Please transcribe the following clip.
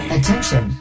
Attention